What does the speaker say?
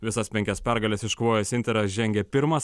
visas penkias pergales iškovojęs interas žengia pirmas